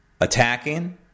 attacking